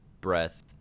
breath